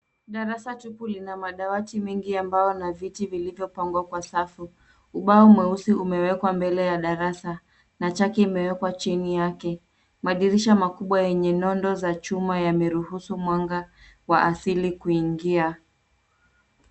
Darasa tupu lina madawati mengi ya mbao na viti vilivyopangwa kwa safu. Ubao mweusi umewekwa mbele ya darasa na chaki imewekwa chini yake. Madirisha makubwa yenye nondo za chuma yameruhusu mwanga wa asili kuingia.